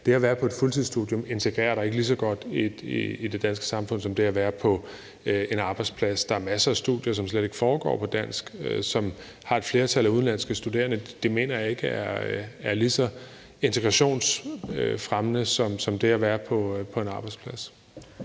det at være på et fuldtidsstudium ikke integrerer dig lige så godt i det danske samfund som det at være på en arbejdsplads. Der er masser af studier, som slet ikke foregår på dansk, og som har et flertal af udenlandske studerende. Det mener jeg ikke er lige så integrationsfremmende som det at være på en arbejdsplads.